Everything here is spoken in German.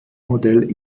modell